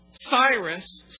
Cyrus